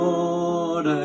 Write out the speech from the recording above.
Lord